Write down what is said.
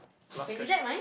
last question